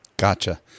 Gotcha